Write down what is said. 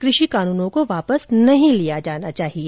कृषि कानूनों को वापस नहीं लिया जाना चाहिए